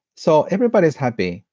so, everybody is happy,